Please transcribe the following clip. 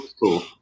cool